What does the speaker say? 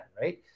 right